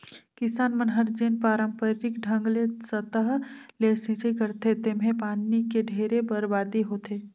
किसान मन हर जेन पांरपरिक ढंग ले सतह ले सिचई करथे तेम्हे पानी के ढेरे बरबादी होथे